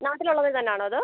നാട്ടിലുള്ളത് തന്നെ ആണോ അത്